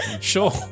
Sure